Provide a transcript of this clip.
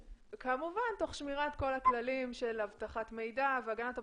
כמובן תוך שמירת כל הכללים של אבטחת מידע והגנת הפרטיות,